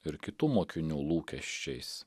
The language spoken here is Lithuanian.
ir kitų mokinių lūkesčiais